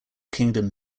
kingdom